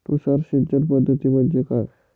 तुषार सिंचन पद्धती म्हणजे काय?